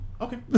Okay